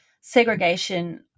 segregation